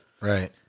Right